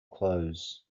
close